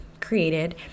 created